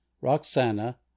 Roxana